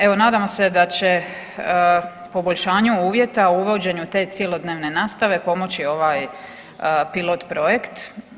Evo nadamo se da će poboljšanje uvjeta u uvođenju te cjelodnevne nastave pomoći ovaj pilot projekt.